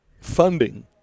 funding